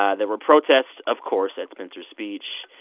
ah there were protests, of course, at spencer's speech,